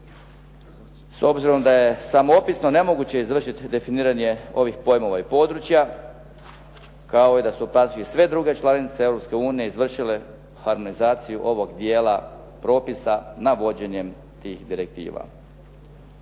S obzirom da je samoopisno nemoguće izvršiti definiranje ovih pojmova i područja, kao i da su praktički sve druge članice Europske unije izvršile harmonizaciju ovog dijela propisa navođenjem tih direktiva.